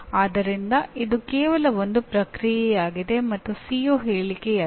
ಆದ್ದರಿಂದ ಇದು ಕೇವಲ ಒಂದು ಪ್ರಕ್ರಿಯೆಯಾಗಿದೆ ಮತ್ತು ಸಿಒ ಹೇಳಿಕೆಯಲ್ಲ